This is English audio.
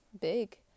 big